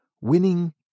Winning